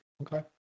Okay